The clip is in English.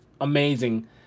amazing